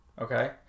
Okay